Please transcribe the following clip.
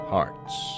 Hearts